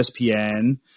ESPN